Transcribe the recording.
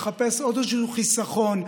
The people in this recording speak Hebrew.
לחפש עוד איזה חיסכון,